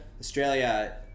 australia